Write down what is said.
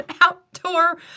outdoor